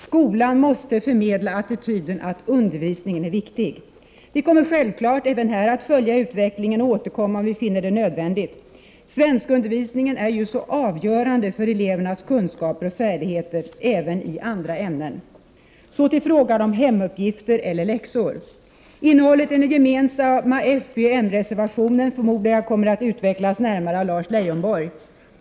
Skolan måste förmedla attityden att undervisningen är viktig. Vi kommer självfallet även här att följa utvecklingen och återkomma om vi finner det nödvändigt. Svenskundervisningen är ju så avgörande för elevernas kunskaper och färdigheter även i andra ämnen. Så till frågan om hemuppgifter eller läxor. Innehållet i den gemensamma fpoch m-reservationen kommer, förmodar jag, att närmare utvecklas av Lars Leijonborg.